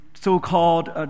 so-called